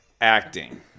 acting